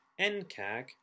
NCAG